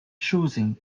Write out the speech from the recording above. choosing